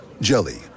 Jelly